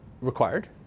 required